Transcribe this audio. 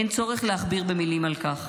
אין צורך להכביר מילים על כך.